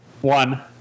One